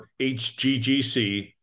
HGGC